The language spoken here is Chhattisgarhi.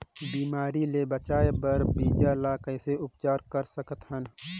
बिमारी ले बचाय बर बीजा ल कइसे उपचार कर सकत हन?